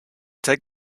take